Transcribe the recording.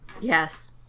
Yes